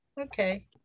Okay